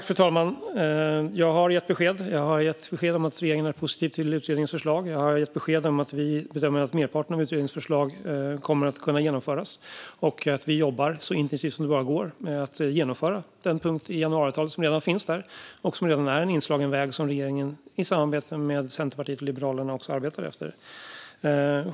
Fru talman! Jag har gett besked. Jag har gett besked om att regeringen är positiv till utredningens förslag. Jag har gett besked om att vi bedömer att merparten av utredningens förslag kommer att kunna genomföras. Vi jobbar i samarbete med Centerpartiet och Liberalerna så intensivt som det bara går med att genomföra den punkten i januariavtalet. Det är en inslagen väg för oss.